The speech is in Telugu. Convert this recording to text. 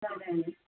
సరేనండి